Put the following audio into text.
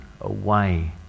away